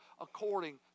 according